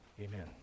Amen